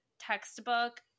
textbook